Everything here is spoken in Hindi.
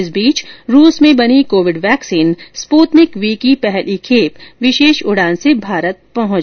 इस बीच रूस में बनी कोविड वैक्सीन स्प्रतनिक वी की पहली खेप विशेष उडान से कल भारत पहुंची